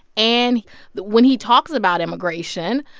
and but when he talks about immigration,